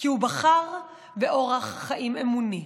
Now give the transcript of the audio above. כי הוא בחר באורח חיים אמוני.